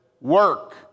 work